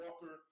Walker